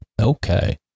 Okay